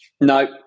No